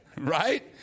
Right